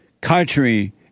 country